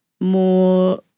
more